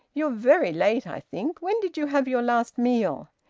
you're very late, i think. when did you have your last meal?